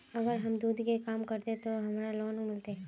अगर हम दूध के काम करे है ते हमरा लोन मिलते?